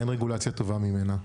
אין רגולציה טובה ממנה.